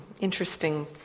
interesting